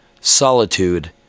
Solitude